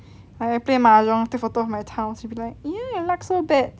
like I play mahjong take photo of my tiles she'll be like !eeyer! your luck so bad